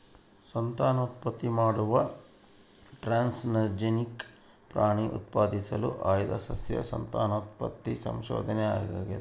ಸಂತಾನೋತ್ಪತ್ತಿ ಮಾಡುವ ಟ್ರಾನ್ಸ್ಜೆನಿಕ್ ಪ್ರಾಣಿ ಉತ್ಪಾದಿಸಲು ಆಯ್ದ ಸಸ್ಯ ಸಂತಾನೋತ್ಪತ್ತಿ ಸಂಶೋಧನೆ ಆಗೇತಿ